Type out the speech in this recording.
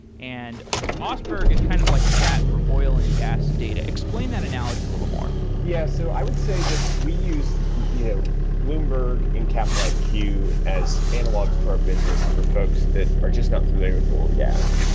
and so ah oseberg is kind of like that for oil and gas data. explain that analogy a little more yes. so i would say that we used you know bloomberg in capital iq as analogs to our business for folks that are just not familiar with oil and gas,